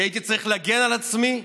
כי הייתי צריך להגן על עצמי,